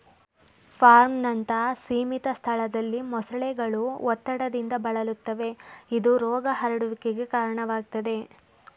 ಫಾರ್ಮ್ನಂತ ಸೀಮಿತ ಸ್ಥಳದಲ್ಲಿ ಮೊಸಳೆಗಳು ಒತ್ತಡದಿಂದ ಬಳಲುತ್ತವೆ ಇದು ರೋಗ ಹರಡುವಿಕೆಗೆ ಕಾರಣವಾಗ್ತದೆ